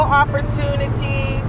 opportunity